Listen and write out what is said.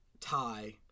tie